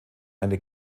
eine